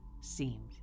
seemed